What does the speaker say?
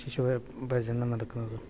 ശിശു പരിചരണം നടക്കുന്നത്